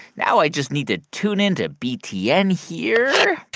now i just need to tune into btn here